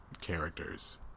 characters